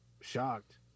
shocked